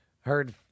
heard